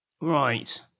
Right